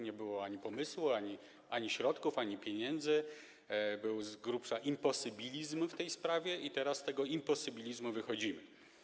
Nie było ani pomysłu, ani środków, ani pieniędzy, był z grubsza imposybilizm w tej sprawie, i teraz z tego imposybilizmu wychodzimy.